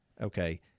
Okay